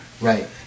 Right